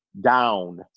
down